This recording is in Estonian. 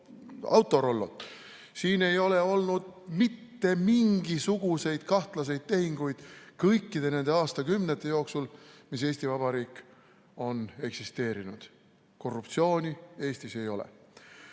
Autorollot, siin ei ole olnud mitte mingisuguseid kahtlaseid tehinguid kõikide nende aastakümnete jooksul, mis Eesti Vabariik on eksisteerinud. Korruptsiooni Eestis ei ole.